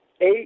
eight